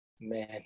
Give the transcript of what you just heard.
Man